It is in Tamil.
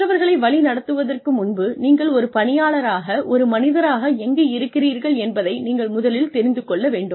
மற்றவர்களை வழி நடத்துவதற்கு முன்பு நீங்கள் ஒரு பணியாளராக ஒரு மனிதராக எங்கு இருக்கிறீர்கள் என்பதை நீங்கள் முதலில் தெரிந்து கொள்ள வேண்டும்